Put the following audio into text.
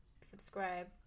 subscribe